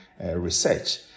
research